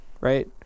Right